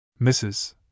Mrs